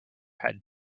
had